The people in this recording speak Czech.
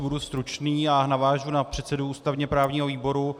Budu stručný a navážu na předsedu ústavněprávního výboru.